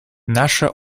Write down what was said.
наша